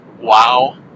Wow